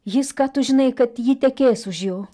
jis ką tu žinai kad ji tekės už jo